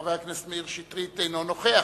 וחבר הכנסת מאיר שטרית אינו נוכח.